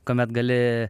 kuomet gali